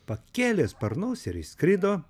pakėlė sparnus ir išskrido